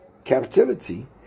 Captivity